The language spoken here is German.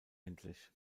endlich